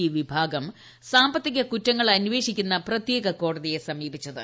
D വിഭാഗം സാമ്പത്തിക കുറ്റകൃത്യങ്ങൾ അന്വേഷിക്കുന്ന പ്രത്യേക കോടതിയെ സമീപിച്ചത്